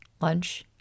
lunch